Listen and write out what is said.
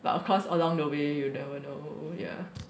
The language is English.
but of course along the way you never know yeah